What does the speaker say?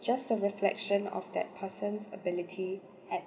just a reflection of that person's ability